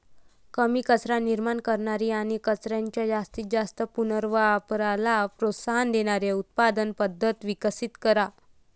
कमी कचरा निर्माण करणारी आणि कचऱ्याच्या जास्तीत जास्त पुनर्वापराला प्रोत्साहन देणारी उत्पादन पद्धत विकसित करा